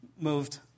moved